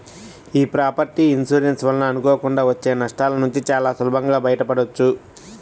యీ property insurance వలన అనుకోకుండా వచ్చే నష్టాలనుంచి చానా సులభంగా బయటపడొచ్చు